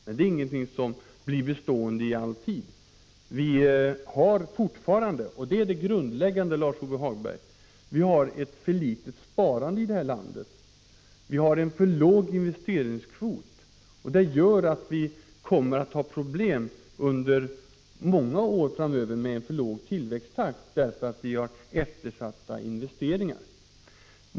Men det är ingenting som blir bestående i all tid. Vi har fortfarande — och det är det grundläggande, Lars-Ove Hagberg - ett för litet sparande i det här landet. Vi har en för låg investeringskvot, och vi kommer under många år framöver att ha problem med en för låg tillväxttakt därför att vi har eftersatta investeringar.